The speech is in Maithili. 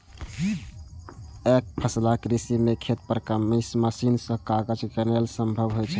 एकफसला कृषि मे खेत पर मशीन सं काज केनाय संभव होइ छै